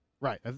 Right